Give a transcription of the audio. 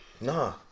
Nah